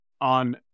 on